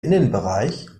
innenbereich